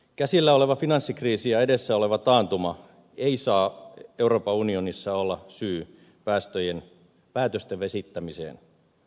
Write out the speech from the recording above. käsillä oleva finanssikriisi ja edessä oleva taantuma ei saa euroopan unionissa olla syy päätösten vesittämiseen